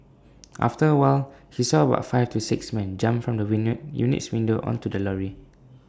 after A while he saw about five to six men jump from the unit unit's windows onto the lorry